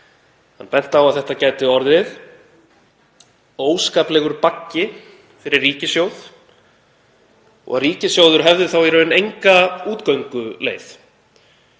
Hann benti á að þetta gæti orðið „óskaplegur baggi“ fyrir ríkissjóð og ríkissjóður hefði þá í raun enga útgönguleið.